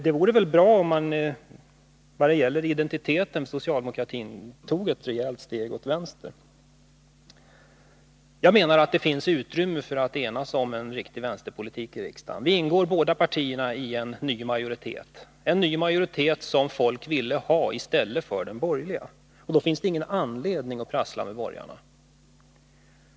Det vore bra för socialdemokraternas identitet om de tog ett rejält steg åt vänster. Jag menar att det finns utrymme för att enas om en riktig vänsterpolitik i riksdagen. Våra partier ingår i en ny majoritet, en ny majoritet som folk ville ha i stället för den borgerliga, och då finns det ingen anledning att prassla med borgarna.